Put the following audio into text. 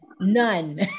none